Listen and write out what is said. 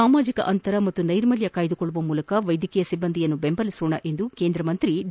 ಸಾಮಾಜಿಕ ಅಂತರ ಪಾಗೂ ನೈರ್ಮಲ್ಕ ಕಾಯ್ದುಕೊಳ್ಳುವ ಮೂಲಕ ವೈದ್ಯಕೀಯ ಸಿಬ್ಬಂದಿಯನ್ನು ಬೆಂಬಲಿಸೋಣ ಎಂದು ಕೇಂದ್ರ ಸಚಿವ ಡಿ